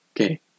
okay